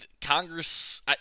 Congress